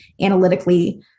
analytically